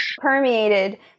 Permeated